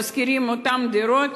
שוכרים את אותן דירות,